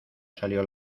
salió